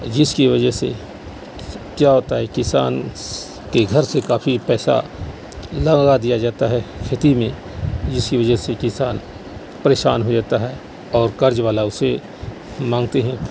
جس کی وجہ سے کیا ہوتا ہے کسان کے گھر سے کافی پیسہ لگا دیا جاتا ہے کھیتی میں جس کی وجہ سے کسان پریشان ہو جاتا ہے اور قرض والا اسے مانگتے ہیں